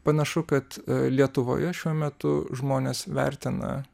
panašu kad lietuvoje šiuo metu žmonės vertina